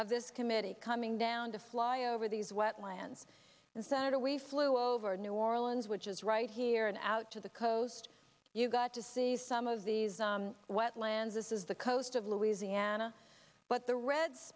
of this committee coming down to fly over these wetlands and senator we flew over new orleans which is right here and out to the coast you got to see some of these wetlands this is the coast of louisiana but the red